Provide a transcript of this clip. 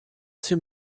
two